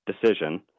decision